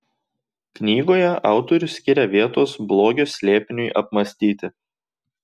knygoje autorius skiria vietos blogio slėpiniui apmąstyti